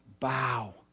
Bow